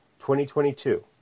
2022